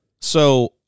So-